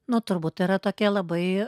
nu turbūt yra tokie labai